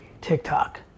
TikTok